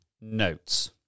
notes